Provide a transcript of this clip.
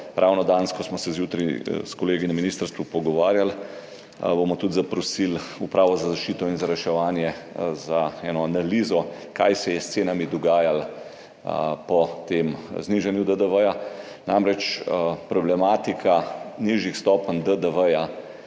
ravno danes zjutraj s kolegi na ministrstvu pogovarjali, bomo tudi zaprosili Upravo za zaščito in reševanje za eno analizo, kaj se je s cenami dogajalo po tem znižanju DDV. Namreč, [obstaja] problematika nižjih stopenj DDV,